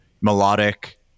melodic